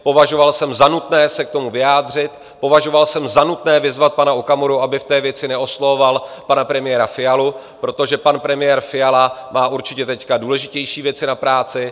Považoval jsem za nutné se k tomu vyjádřit, považoval jsem za nutné vyzvat pana Okamuru, aby v té věci neoslovoval pana premiéra Fialu, protože pan premiér Fiala má určitě teď důležitější věci na práci.